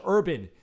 Urban